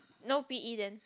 no p_e then